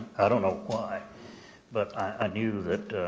i don't know why but i knew that